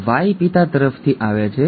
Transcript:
Y પિતા તરફથી આવે છે